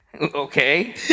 Okay